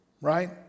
right